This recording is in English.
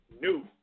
new